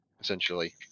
essentially